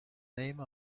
name